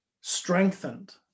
strengthened